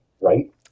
Right